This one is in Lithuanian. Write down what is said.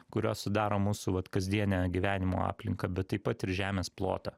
kurios sudaro mūsų vat kasdienę gyvenimo aplinką bet taip pat ir žemės plotą